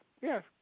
yes